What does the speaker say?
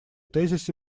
тезисы